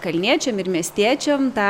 kalniečiam ir miestiečiam tą